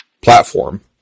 platform